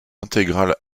intégrale